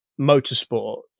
motorsport